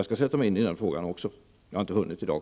Jag skall sätta mig in i den frågan också. Jag har inte hunnit i dag.